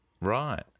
Right